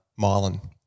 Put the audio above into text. myelin